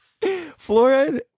fluoride